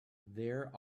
there